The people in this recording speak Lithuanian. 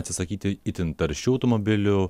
atsisakyti itin taršių automobilių